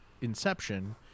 inception